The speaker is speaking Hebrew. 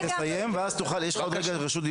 היא תסיים ואז תוכל, יש לך עוד רגע זכות דיבור.